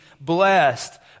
blessed